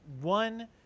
one